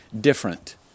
different